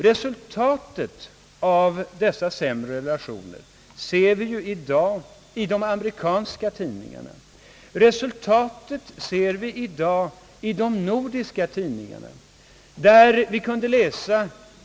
Resultatet av de försämrade relationerna ser vi i dag i de amerikanska tidningarna. Vi ser det också i de nordiska tidningarna.